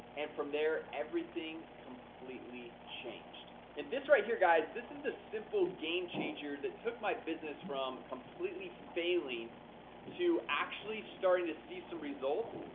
and from there, everything completely changed. and this right here, guys, this is the simple game changer that took my business from completely failing to actually starting to see some results,